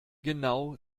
genau